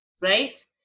right